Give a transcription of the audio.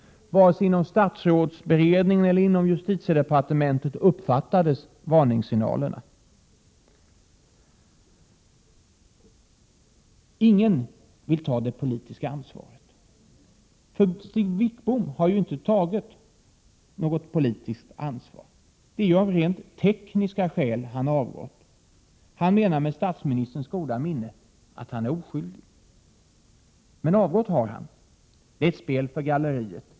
Varken inom statsrådsberedningen eller inom justitiedepartementet uppfattades varningssignalerna. Ingen vill ta det politiska ansvaret. För det har inte Sten Wickbom gjort. Det är av rent ”tekniska” skäl han avgått. Han menar med statsministerns goda minne att han är oskyldig. Men avgått har han. Det är ett spel för galleriet.